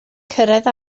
cyrraedd